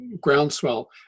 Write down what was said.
groundswell